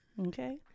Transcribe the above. okay